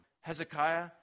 Hezekiah